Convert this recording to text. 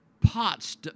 pots